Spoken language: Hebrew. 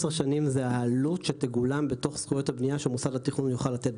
עשר שנים זה העלות שתגולם בתוך זכויות הבנייה שמוסד התכנון יוכל לתת.